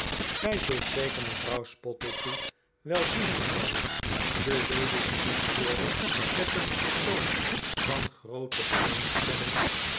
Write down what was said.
gij zult zeker mevrouw spottletoe wel zien mevrouw de weduwe antwoordde met een vertoon van groote belangstelling